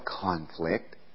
conflict